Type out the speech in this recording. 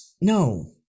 No